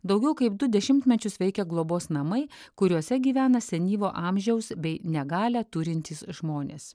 daugiau kaip du dešimtmečius veikia globos namai kuriuose gyvena senyvo amžiaus bei negalią turintys žmonės